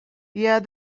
yeah